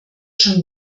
schon